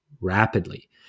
rapidly